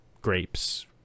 grapes